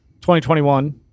2021